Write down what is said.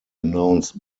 announced